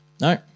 No